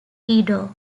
edo